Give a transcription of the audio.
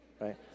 right